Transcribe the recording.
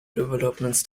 developments